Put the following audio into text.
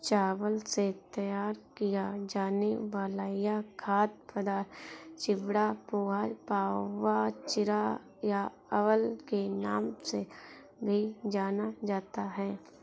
चावल से तैयार किया जाने वाला यह खाद्य पदार्थ चिवड़ा, पोहा, पाउवा, चिरा या अवल के नाम से भी जाना जाता है